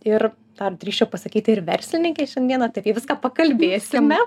ir dar drįsčiau pasakyti ir verslininkė šiandieną tai apie viską pakalbėsime